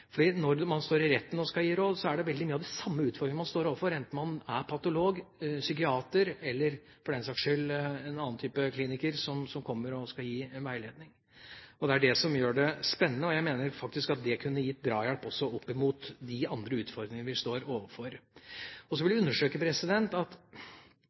skal gi råd, er det veldig mange av de samme utfordringene man står overfor, enten man er patolog, psykiater eller for den saks skyld en annen type kliniker som kommer og skal gi veiledning. Det er det som gjør det spennende, og jeg mener faktisk at det kunne gitt drahjelp også ved de andre utfordringene vi står overfor. Og så vil jeg understreke at